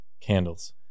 Candles